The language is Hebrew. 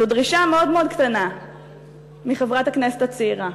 זו דרישה מאוד קטנה מחברת הכנסת הצעירה.